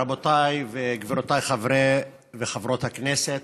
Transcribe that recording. רבותיי וגבירותיי חברי וחברות הכנסת,